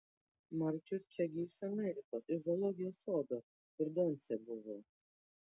marčius čia gi iš amerikos iš zoologijos sodo kur doncė buvo